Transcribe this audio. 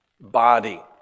body